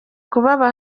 kubaba